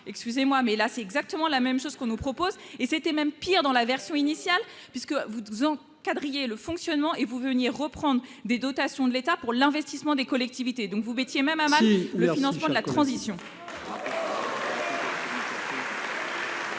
excusez-moi mais là c'est exactement la même chose qu'on nous propose et c'était même pire dans la version initiale puisque vous disant quadrillé le fonctionnement et vous veniez reprendre des dotations de l'État pour l'investissement des collectivités donc vous Betty et même à le financement de la transition. Président